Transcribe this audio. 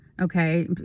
okay